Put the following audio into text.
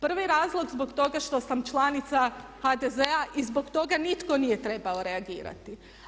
Prvi razlog zbog toga što sam članica HDZ-a i zbog toga nitko nije trebao reagirati.